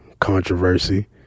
controversy